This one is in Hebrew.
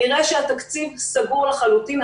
נראה שהתקציב "סגור" לחלוטין.